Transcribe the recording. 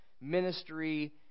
ministry